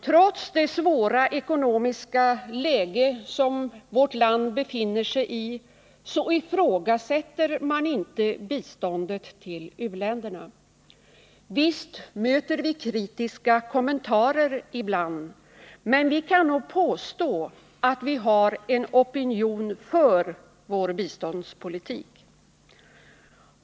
Trots det svåra ekonomiska läge vårt land befinner sig i, ifrågasätter man inte biståndet till u-länderna. Visst möter vi kritiska kommentarer ibland, men vi kan nog påstå att vi har en opinion för vår biståndspolitik.